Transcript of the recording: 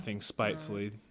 spitefully